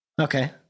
Okay